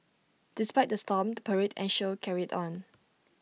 despite the storm the parade and show carried on